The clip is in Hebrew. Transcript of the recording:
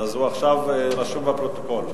אז הוא עכשיו רשום בפרוטוקול.